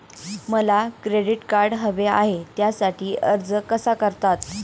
मला credit card हवे आहे त्यासाठी अर्ज कसा करतात?